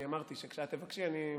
אני אמרתי שכשאת תבקשי, אני מפסיק.